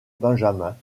benjamin